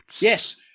Yes